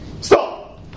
stop